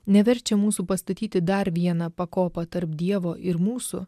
neverčia mūsų pastatyti dar vieną pakopą tarp dievo ir mūsų